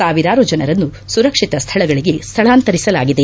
ಸಾವಿರಾರು ಜನರನ್ನು ಸುರಕ್ಷಿತ ಸ್ಥಳಗಳಿಗೆ ಸ್ಥಳಾಂತರಿಸಲಾಗಿದೆ